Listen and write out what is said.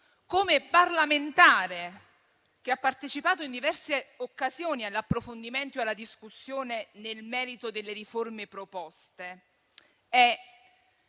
come parlamentare che ha partecipato in diverse occasioni all'approfondimento e alla discussione nel merito delle riforme proposte, è